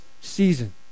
season